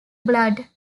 blood